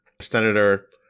senator